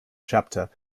chapter